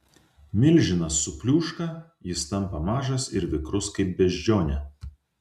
milžinas supliūška jis tampa mažas ir vikrus kaip beždžionė